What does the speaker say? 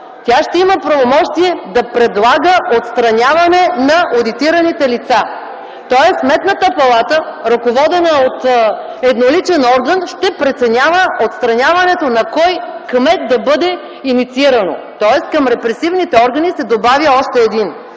Тя ще има правомощие да предлага отстраняване на одитираните лица. Тоест Сметната палата, ръководена от едноличен орган, ще преценява отстраняването на кой кмет да бъде инициирано. Тоест към репресивните органи се добавя още един,